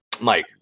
mike